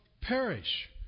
perish